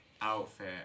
outfit